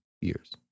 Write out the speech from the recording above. years